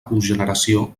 cogeneració